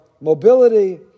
mobility